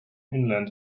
inland